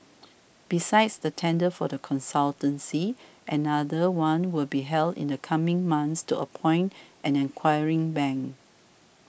besides the tender for the consultancy another one will be held in the coming months to appoint an acquiring bank